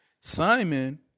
Simon